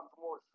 more